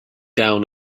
down